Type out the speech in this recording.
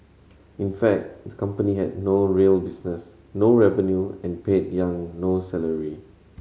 in fact the company had no real business no revenue and paid Yang no salary